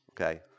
okay